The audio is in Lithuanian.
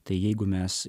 tai jeigu mes